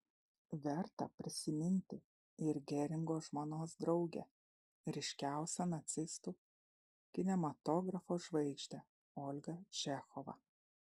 verta prisiminti ir geringo žmonos draugę ryškiausią nacistų kinematografo žvaigždę olgą čechovą